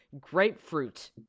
grapefruit